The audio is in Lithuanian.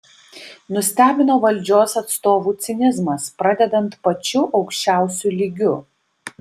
nustebino valdžios atstovų cinizmas pradedant pačiu aukščiausiu lygiu